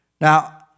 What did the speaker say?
Now